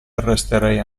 arresterei